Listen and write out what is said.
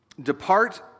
Depart